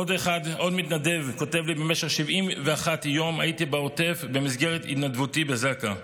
עוד מתנדב כותב לי: במשך 71 יום הייתי בעוטף במסגרת התנדבותי בזק"א.